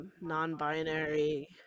non-binary